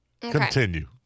Continue